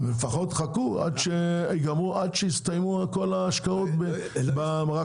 לפחות תחכו עד שיסתיימו כל ההשקעות ברכבות,